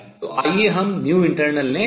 तो आइए हम internal लें